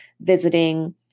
visiting